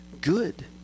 good